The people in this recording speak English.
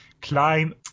climb